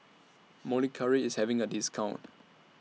Molicare IS having A discount